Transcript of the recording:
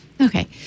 Okay